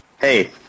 Hey